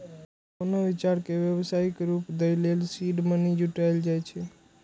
कोनो विचार कें व्यावसायिक रूप दै लेल सीड मनी जुटायल जाए छै